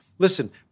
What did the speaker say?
Listen